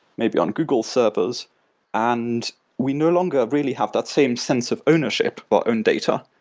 maybe on google servers and we no longer really have that same sense of ownership or own data.